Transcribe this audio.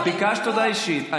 ביקשת הודעה אישית,